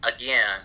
again